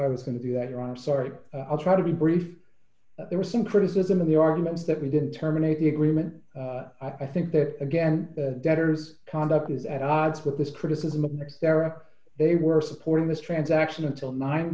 i was going to do that or i'm sorry i'll try to be brief there was some criticism of the arguments that we didn't terminate the agreement i think that again the debtor's conduct is at odds with this criticism of next era they were supporting this transaction until nine